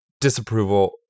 disapproval